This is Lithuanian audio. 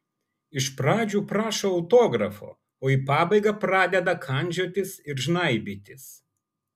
iš pradžių prašo autografo o į pabaigą pradeda kandžiotis ir žnaibytis